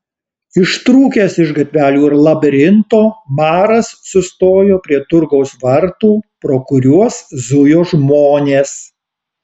ištrūkęs iš gatvelių labirinto maras sustojo prie turgaus vartų pro kuriuos zujo žmonės